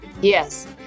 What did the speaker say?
Yes